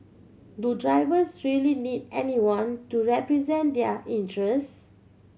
do drivers really need anyone to represent their interest